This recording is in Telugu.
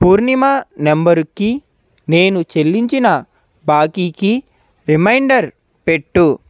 పూర్ణిమ నెంబరుకి నేను చెల్లించిన బాకీకి రిమైండర్ పెట్టు